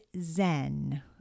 Zen